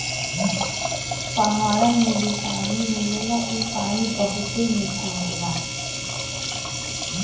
पहाड़न में भी पानी मिलेला इ पानी बहुते मीठा होला